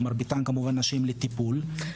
מרביתן כמובן נשים לטיפול.